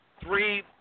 three